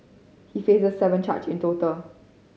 he faces seven charge in total